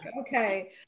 Okay